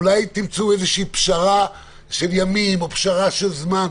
אולי תמצאו פשרה של ימים או של זמן.